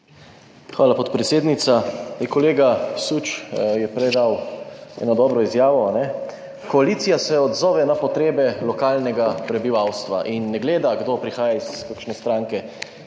Hvala, podpredsednica. Kolega Süč je prej dal eno dobro izjavo: koalicija se odzove na potrebe lokalnega prebivalstva in ne gleda, kdo prihaja iz kakšne stranke.